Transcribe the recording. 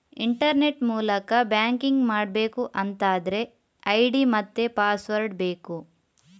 internet ಮೂಲಕ banking ಮಾಡ್ಬೇಕು ಅಂತಾದ್ರೆ ಐಡಿ ಮತ್ತೆ ಪಾಸ್ವರ್ಡ್ ಬೇಕು